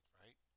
right